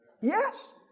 Yes